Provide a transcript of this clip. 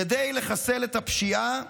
כדי לחסל את הפשיעה,